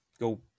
go